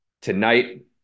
Tonight